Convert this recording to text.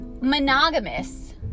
monogamous